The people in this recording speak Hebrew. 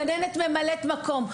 גננת ממלאת מקום,